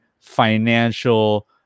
financial